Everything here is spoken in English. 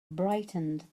brightened